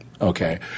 Okay